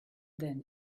then